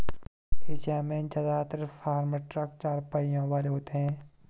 Asia में जदात्र farm truck चार पहियों वाले होते हैं